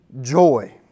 Joy